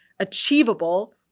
achievable